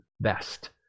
best